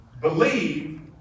believe